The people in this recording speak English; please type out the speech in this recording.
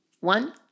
one